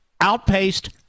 outpaced